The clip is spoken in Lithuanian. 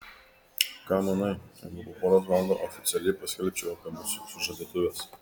ką manai jeigu po poros valandų oficialiai paskelbčiau apie mūsų sužadėtuves